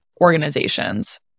organizations